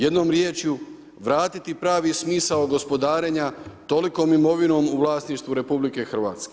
Jednom riječju, vratiti pravi smisao gospodarenja tolikom imovinom u vlasništvu RH.